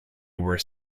were